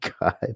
God